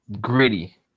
gritty